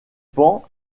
pans